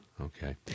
Okay